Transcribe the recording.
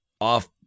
off